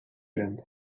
friend